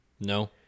No